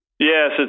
Yes